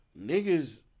niggas